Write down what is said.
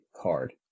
card